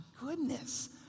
goodness